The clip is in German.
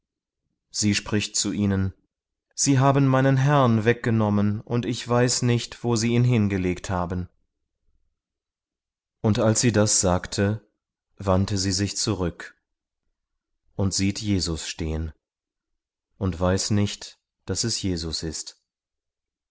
sie spricht zu ihnen sie haben meinen herrn weggenommen und ich weiß nicht wo sie ihn hin gelegt haben uns als sie das sagte wandte sie sich zurück und sieht jesus stehen und weiß nicht daß es jesus ist